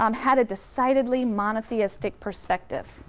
um had a decidedly monotheistic perspective,